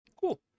Cool